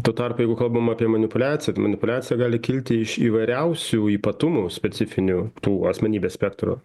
tuo tarpu jeigu kalbam apie manipuliaciją tai manipuliacija gali kilti iš įvairiausių ypatumų specifinių tų asmenybės spektro